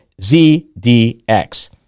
zdx